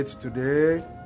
today